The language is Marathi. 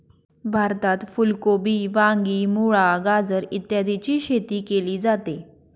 भारतात फुल कोबी, वांगी, मुळा, गाजर इत्यादीची शेती केली जाते